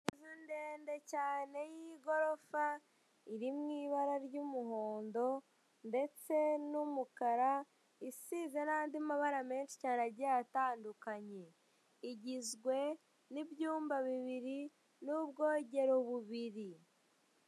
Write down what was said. Inzu ndende cyane y'igorofa, iri mu ibara ry'umuhondo ndetse n'umukara, isize n'andi mabara menshi cyane agiye atandukanye, igizwe n'ibyumba bibiri n'ubwogero bubiri.